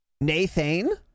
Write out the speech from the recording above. Nathan